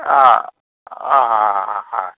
હા હા હા હા હા હા